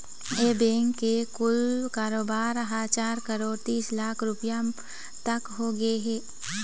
ए bank के कुल कारोबार ह चार करोड़ तीस लाख रूपिया तक होगे हे